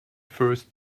first